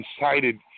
incited